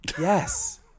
Yes